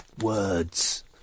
Words